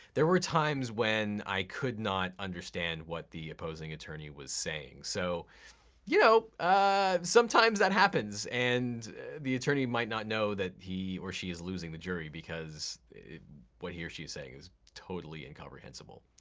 there were times when i could not understand what the opposing attorney was saying. so you know sometimes that happens, and the attorney might not know that he or she is losing the jury because what he or she is saying is totally incomprehensible.